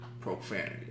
Profanity